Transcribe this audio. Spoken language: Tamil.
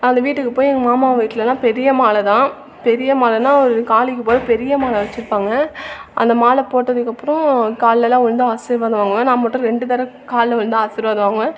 அந்த வீட்டுக்கு போய் எங்கள் மாமா வீட்லெலாம் பெரிய மாலைதான் பெரிய மாலைன்னா ஒரு காளிக்கு போடுகிற பெரிய மாலை வச்சிருப்பாங்க அந்த மாலை போட்டதுக்கப்புறோம் காலில்லலாம் விழுந்து ஆசீர்வாதம் வாங்குவேன் நான் மட்டும் ரெண்டு தடவை காலில் விழுந்து ஆசீர்வாதம் வாங்குவேன்